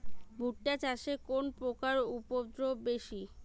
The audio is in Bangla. ভুট্টা চাষে কোন পোকার উপদ্রব বেশি?